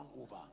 over